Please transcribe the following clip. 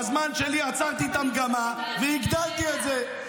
בזמן שלי עצרתי את המגמה והגדלתי את זה.